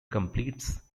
completes